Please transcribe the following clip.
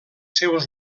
seus